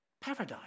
Paradise